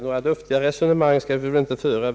Några luftiga resonemang skall vi emellertid inte föra.